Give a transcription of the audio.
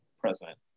president